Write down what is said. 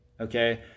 okay